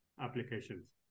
applications